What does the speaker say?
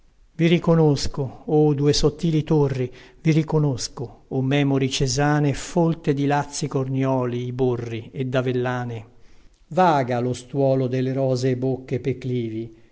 i riconosco o due sottili torri vi riconosco o memori cesane folte di lazzi cornïoli i borri e davellane vaga lo stuolo delle rosee bocche pe clivi